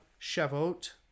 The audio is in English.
Shavuot